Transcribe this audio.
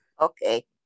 Okay